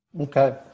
Okay